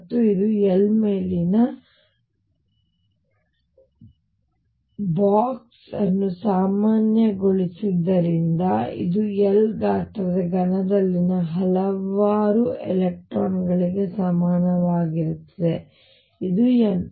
ಮತ್ತು ಇದು L ಮೇಲೆ ನಾನು ಬಾಕ್ಸ್ ಅನ್ನು ಸಾಮಾನ್ಯಗೊಳಿಸಿದ್ದರಿಂದ ಇದು L ಗಾತ್ರದ ಘನದಲ್ಲಿನ ಹಲವಾರು ಎಲೆಕ್ಟ್ರಾನ್ ಗಳಿಗೆ ಸಮನಾಗಿರುತ್ತದೆ ಇದು N